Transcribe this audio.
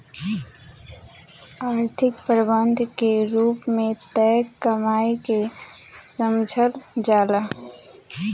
आर्थिक प्रबंधन के रूप में तय कमाई के समझल जाला